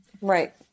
Right